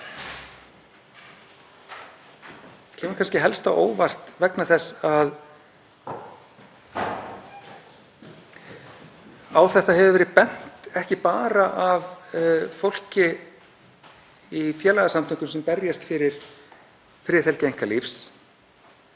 Þetta kemur kannski helst á óvart vegna þess að á þetta hefur verið bent, ekki bara af fólki í félagasamtökum sem berjast fyrir friðhelgi einkalífs